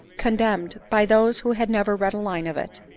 condemned by those who had never read a line of it.